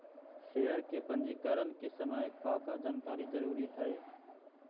share के पंजीकरण के समय का का जानकारी जरूरी हई